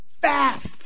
Fast